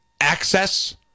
access